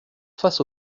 face